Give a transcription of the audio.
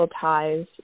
ties